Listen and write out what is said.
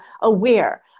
aware